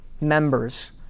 members